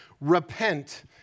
Repent